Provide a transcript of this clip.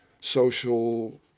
social